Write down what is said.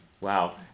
Wow